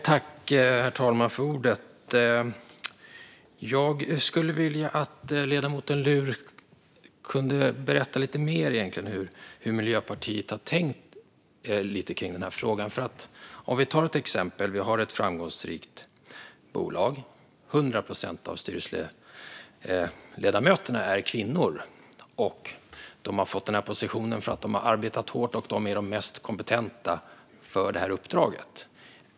Herr talman! Jag skulle vilja att ledamoten Luhr berättade lite mer om hur Miljöpartiet har tänkt kring den här frågan. Om vi tar ett exempel: Vi har ett framgångsrikt bolag, där 100 procent av styrelseledamöterna är kvinnor. De har fått den positionen för att de har arbetat hårt, och de är de mest kompetenta för uppdraget.